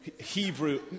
Hebrew